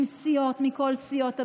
עם סיעות, עם כל סיעות הבית.